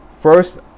First